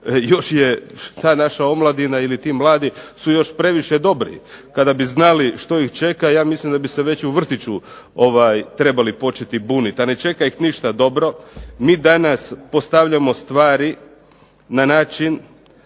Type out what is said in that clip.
Još je ta naša omladina ili ti mladi su još previše dobri kada bi znali što ih čeka, ja mislim da bi se već u vrtiću trebali početi buniti, a ne čeka ih ništa dobro. Mi danas postavljamo stvari na način